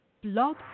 Blog